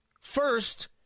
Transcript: First